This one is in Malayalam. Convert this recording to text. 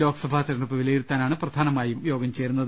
ലോക്സഭാ തെരഞ്ഞെടുപ്പ് വിലയിരുത്താനാണ് പ്രധാനമായും യോഗം ചേരുന്നത്